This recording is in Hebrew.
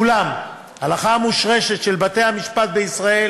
אולם ההלכה המושרשת של בתי-המשפט בישראל